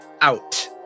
out